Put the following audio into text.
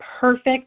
perfect